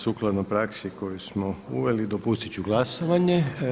Sukladno praksi koju smo uveli dopustiti ću glasovanje.